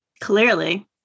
Clearly